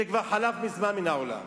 זה כבר חלף מזמן מן העולם.